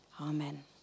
amen